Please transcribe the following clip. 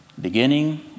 beginning